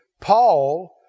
Paul